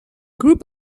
group